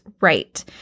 right